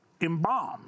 embalmed